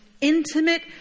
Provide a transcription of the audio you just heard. intimate